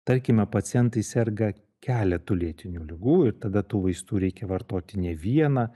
tarkime pacientai serga keletu lėtinių ligų ir tada tų vaistų reikia vartoti ne vieną